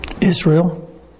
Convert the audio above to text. Israel